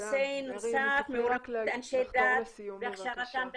נושא נוסף זה אנשי דת והכשרתם בתחום.